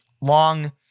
Long